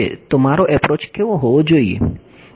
તો મારો એપ્રોચ કેવો હોવો જોઈએ